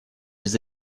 без